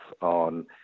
on